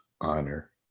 honor